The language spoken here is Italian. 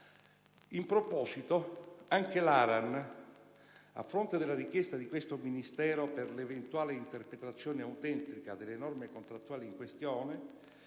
In proposito anche l'ARAN, a fronte della richiesta di questo Ministero per l'eventuale "interpretazione autentica" delle norme contrattuali in questione,